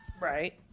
Right